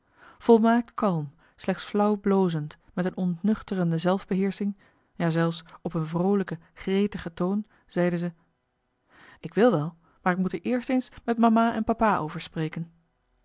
volmaakt kalm slechts flauw blozend met een ontnuchterende zelfbeheersching ja zelfs op een vroolijke gretige toon zeide ze ik wil wel maar ik moet er eerst eens met mama en papa over spreken